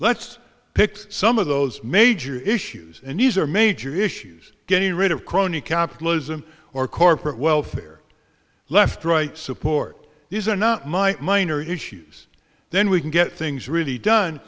let's pick some of those major issues and these are major issues getting rid of crony capitalism or corporate welfare left right support these are not my minor issues then we can get things really done